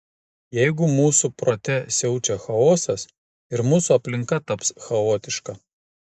jeigu mūsų prote siaučia chaosas ir mūsų aplinka taps chaotiška